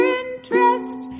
interest